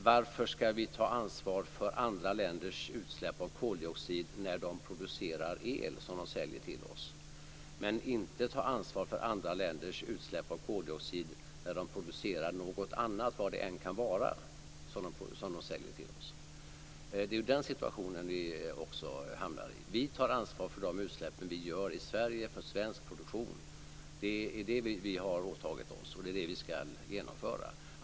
Varför ska vi ta ansvar för andra länders utsläpp av koldioxid när de producerar el som de säljer till oss men inte ta ansvar för andra länders utsläpp av koldioxid när de producerar något annat, vad det än kan vara som de säljer till oss? Vi tar ansvar för de utsläpp som vi gör i Sverige för svensk produktion. Det är detta vi har åtagit oss och som vi ska genomföra.